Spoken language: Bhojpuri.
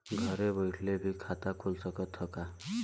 घरे बइठले भी खाता खुल सकत ह का?